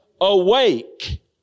awake